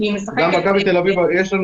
נכון.